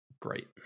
Great